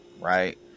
right